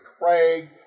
Craig